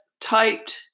typed